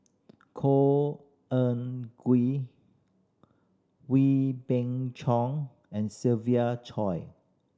Khor Ean Ghee Wee Beng Chong and Siva Choy